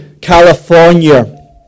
California